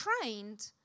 trained